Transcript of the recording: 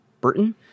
Burton